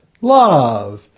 love